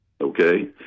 Okay